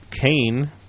Cain